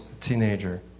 teenager